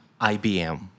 IBM